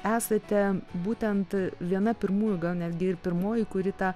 esate būtent viena pirmųjų gal netgi ir pirmoji kuri tą